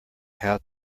how